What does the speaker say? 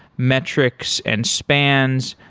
metrics and spans,